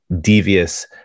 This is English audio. devious